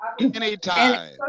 Anytime